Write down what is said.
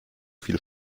viel